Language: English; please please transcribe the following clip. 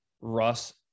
Russ